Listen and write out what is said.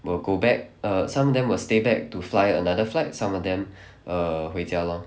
will go back err some of them will stay back to fly another flight some of them err 回家 lor